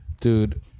dude